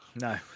No